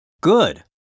Good